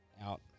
out